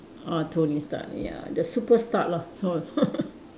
ah Tony Stark ya the super Stark lah so